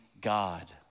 God